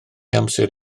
amser